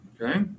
Okay